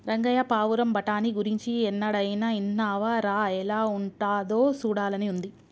రంగయ్య పావురం బఠానీ గురించి ఎన్నడైనా ఇన్నావా రా ఎలా ఉంటాదో సూడాలని ఉంది